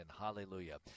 hallelujah